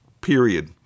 period